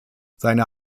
seine